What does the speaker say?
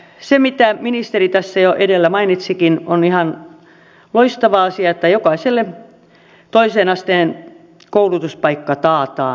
ja minkä ministeri tässä jo edellä mainitsikin on ihan loistava asia että jokaiselle toisen asteen koulutuspaikka taataan